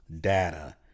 data